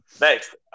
Next